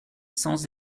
sans